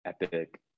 epic